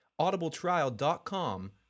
audibletrial.com